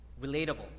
relatable